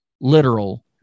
Literal